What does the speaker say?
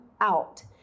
out